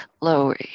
lower